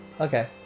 Okay